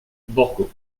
borgo